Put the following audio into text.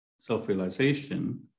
self-realization